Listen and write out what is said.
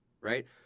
right